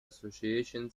association